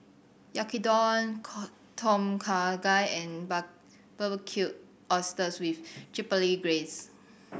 Yaki Udon Tom Kha Gai and Barbecued Oysters with Chipotle Glaze